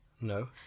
No